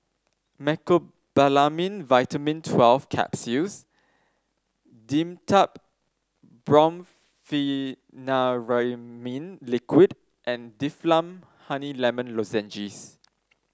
Mecobalamin Vitamin Twelve Capsules Dimetapp Brompheniramine Liquid and Difflam Honey Lemon Lozenges